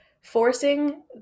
Forcing